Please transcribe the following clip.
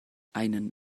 einen